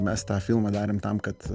mes tą filmą darėm tam kad